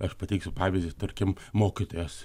aš pateiksiu pavyzdį tarkim mokytojas